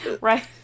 right